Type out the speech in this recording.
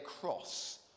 cross